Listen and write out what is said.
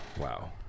Wow